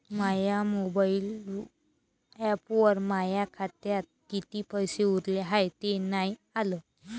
माया mobile ॲपवर माया खात्यात किती पैसे उरले हाय हे नाही आलं